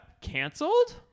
canceled